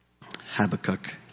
Habakkuk